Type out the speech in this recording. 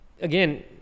again